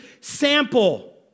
sample